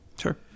Sure